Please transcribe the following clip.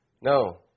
No